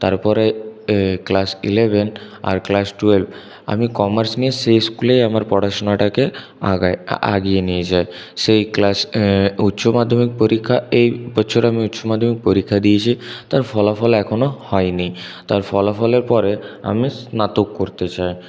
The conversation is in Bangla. তারপরে ক্লাস ইলেভেন আর ক্লাস টুয়েলভ আমি কমার্স নিয়ে সেই স্কুলেই আবার পড়াশোনাটাকে আগাই আগিয়ে নিয়ে যাই সেই ক্লাস উচ্চমাধ্যমিক পরীক্ষা এই বছর আমি উচ্চমাধ্যমিক পরীক্ষা দিয়েছি তার ফলাফল এখনও হয়নি তার ফলাফলের পরে আমি স্নাতক করতে চাই